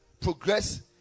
progress